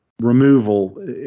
removal